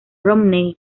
romney